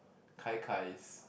kai kai's